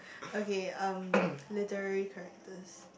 okay um literary characters